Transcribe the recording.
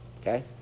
okay